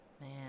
Man